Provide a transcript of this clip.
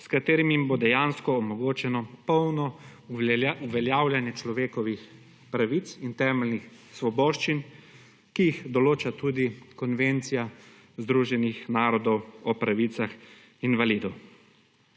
s katerim jim bo dejansko omogočeno polno uveljavljanje človekovih pravic in temeljnih svoboščin, ki jih določa tudi Konvencija Združenih narodov o pravicah invalidov.